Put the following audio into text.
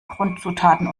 grundzutaten